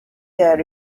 there